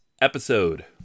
episode